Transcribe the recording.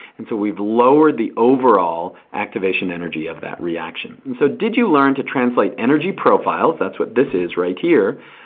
and so we've lowered the overall activation energy of that reaction. and so did you learn to translate energy profiles, that's what this is right here,